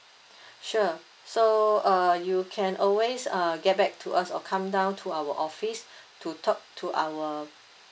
sure so uh you can always uh get back to us or come down to our office to talk to our